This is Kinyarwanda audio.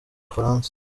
bufaransa